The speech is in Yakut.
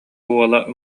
уола